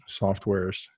softwares